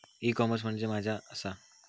E commerce म्हणजे मझ्या आसा?